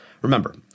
Remember